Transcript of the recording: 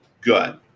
good